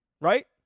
Right